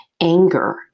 anger